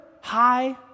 high